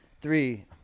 three